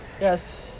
Yes